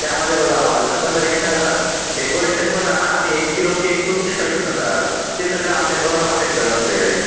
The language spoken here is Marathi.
त्यामध्ये बघा हॉलचं पण रेंट आलं डेकोरेशन पण आलं आणि एक किलो केक तुमच्या चॉईसनुसार आला ते सगळं आमच्याकडून हॉटेलकडून फ्री राहील